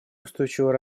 устойчивого